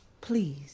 please